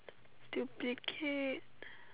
duplicate